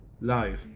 live